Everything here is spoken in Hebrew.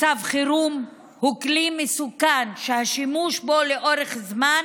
מצב חירום הוא כלי מסוכן שהשימוש בו לאורך זמן